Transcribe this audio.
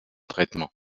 traitements